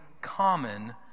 common